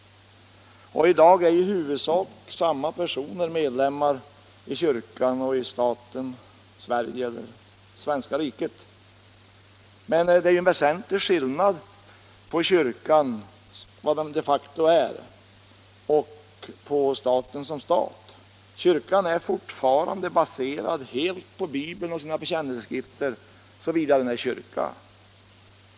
I dag är i huvudsak samma personer medlemmar i kyrkan och staten, i det svenska riket. Men det är ju en väsentlig skillnad mellan vad kyrkan de facto är och staten är som stat. Kyrkan är fortfarande baserad helt på Bibeln och sina bekännelseskrifter, såvida den är kyrka.